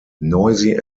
noisy